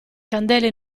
candele